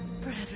forever